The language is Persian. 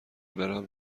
برم